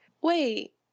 wait